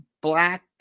black